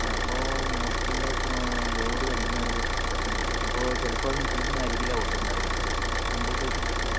ആ അപ്പോൾ മോട്ടറിൻ്റെ ഇപ്പോൾ ലോഡ് വലിക്കുന്നതിൻ്റെ പ്രശ്നം ആയിരിക്കും അപ്പോൾ ചിലപ്പം അത് ഒന്ന് ആയിരിക്കില്ല കൊടുത്തിട്ടുണ്ടാവുക സിംഗിൾ ഫേസ് ടച്ചിംങ്ങാണ്